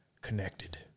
connected